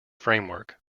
framework